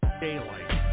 Daylight